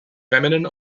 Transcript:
feminine